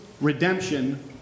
redemption